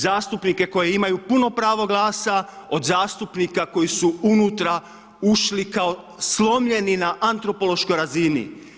Zastupnike koji imaju puno pravo glasa od zastupnika koji su unutra ušli kao slomljeni na antropološkoj razini.